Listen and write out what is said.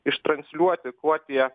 ištransliuoti kuo tie